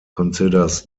considers